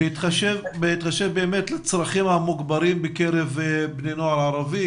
בהתחשב בצרכים המוגברים בקרב בני נוער ערבי,